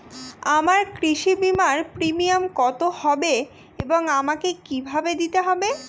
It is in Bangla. আমার কৃষি বিমার প্রিমিয়াম কত হবে এবং আমাকে কি ভাবে দিতে হবে?